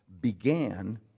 began